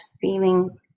feeling